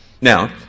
Now